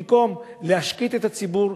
במקום להשקיט את הציבור,